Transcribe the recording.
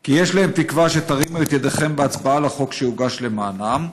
כי יש להם תקווה שתרימו את ידיכם בהצבעה על החוק שהוגש למענם.